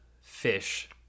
fish